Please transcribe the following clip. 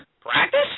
Practice